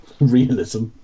Realism